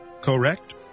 correct